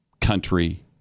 country